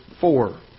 four